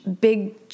big